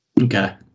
Okay